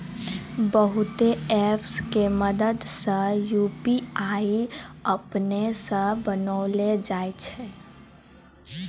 बहुते ऐप के मदद से यू.पी.आई अपनै से बनैलो जाय छै